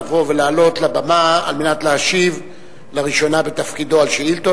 לבוא ולעלות לבמה על מנת להשיב לראשונה בתפקידו על שאילתות,